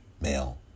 male